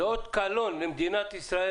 זה אות קלון למדינת ישראל,